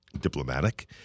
diplomatic